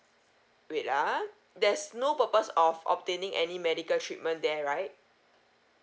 wait ah there's no purpose of obtaining any medical treatment there right